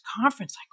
conference